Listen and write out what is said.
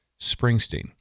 Springsteen